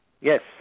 Yes